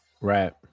Right